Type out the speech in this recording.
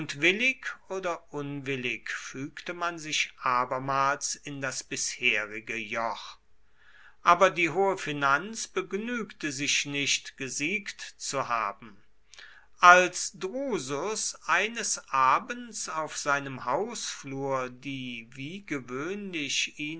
willig oder unwillig fügte man sich abermals in das bisherige joch aber die hohe finanz begnügte sich nicht gesiegt zu haben als drusus eines abends auf seinem hausflur die wie gewöhnlich